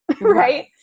right